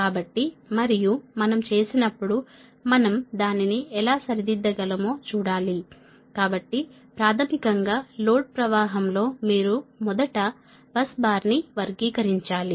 కాబట్టి మరియు మనం చేసినప్పుడు మనం దానిని ఎలా సరిదిద్దగలమో చూడాలి కాబట్టి ప్రాథమికం గా లోడ్ ప్రవాహం లో మీరు మొదట బస్ బార్ ను వర్గీకరించాలి